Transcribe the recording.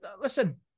listen